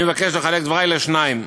אני מבקש לחלק את דברי לשניים: